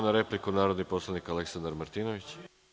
Pravo na repliku narodni poslanik Aleksandar Martinović.